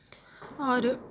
اور